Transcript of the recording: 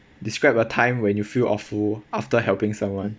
describe a time when you feel awful after helping someone